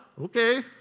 Okay